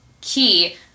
key